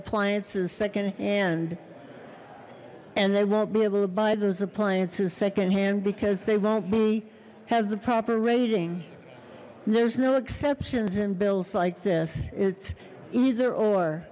appliances secondhand and they won't be able to buy those appliances secondhand because they won't be have the proper rating there's no exceptions in bills like this it's e